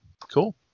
Cool